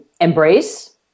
embrace